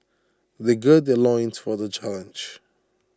they gird their loins for the challenge